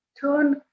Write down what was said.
turn